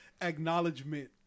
Acknowledgement